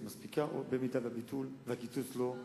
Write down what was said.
תוספת מספיקה או אם הקיצוץ לא יתבטל.